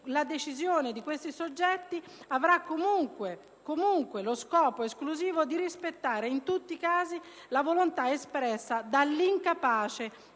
la cui decisione avrà comunque lo scopo esclusivo di rispettare, in tutti i casi, la volontà espressa dall'incapace